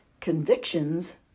convictions